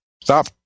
Stop